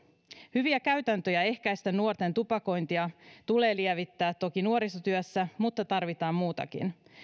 hyviä käytäntöjä ehkäistä nuorten tupakointia tulee levittää toki nuorisotyössä mutta tarvitaan muutakin